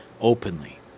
openly